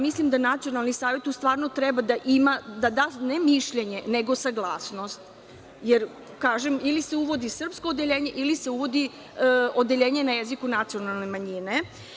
Mislim da Nacionalnom savetu stvarno treba da ima, da da ne mišljenje, nego saglasnost, jer kažem ili se uvodi srpsko odeljenje, ili se uvodi odeljenje na jeziku nacionalne manjine.